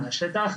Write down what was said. מהשטח,